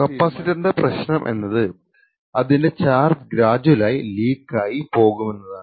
കപ്പാസിറ്ററിന്റെ പ്രശനം എന്നത് അതിൻറെ ചാർജ് ഗ്രാജുലായി ലീക് ആയി പോകുമെന്നതാണ്